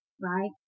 right